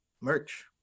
merch